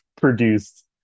produced